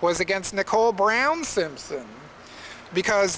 was against nicole brown simpson because